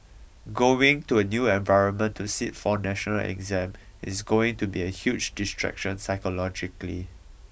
going to a new environment to sit for a national exam is going to be a huge distraction psychologically